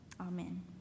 Amen